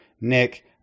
Nick